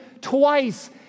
twice